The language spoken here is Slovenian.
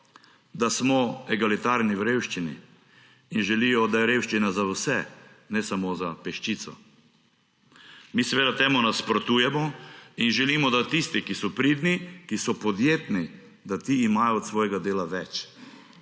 da smo egalitarni v revščini, in želijo, da je revščina za vse, ne samo za peščico. Mi seveda temu nasprotujemo in želimo, da tisti, ki so pridni, ki so podjetni, da ti imajo od svojega dela več.